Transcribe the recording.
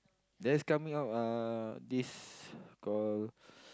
that's coming up uh this called